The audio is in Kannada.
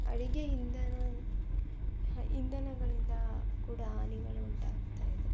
ಅಡುಗೆ ಇಂಧನ ಇಂಧನಗಳಿಂದ ಕೂಡ ಹಾನಿಗಳು ಉಂಟಾಗ್ತಾಯಿದೆ